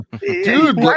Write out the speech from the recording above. dude